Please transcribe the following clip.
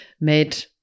made